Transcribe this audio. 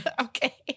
Okay